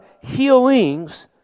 healings